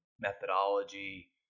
methodology